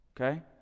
okay